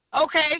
Okay